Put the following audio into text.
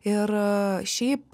ir šiaip